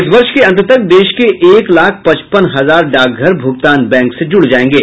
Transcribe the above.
इस वर्ष के अंत तक देश के एक लाख पचपन हजार डाकघर भुगतान बैंक से जुड़ जाएंगे